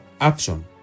Action